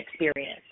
experience